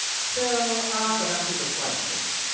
so go back to the slides, please?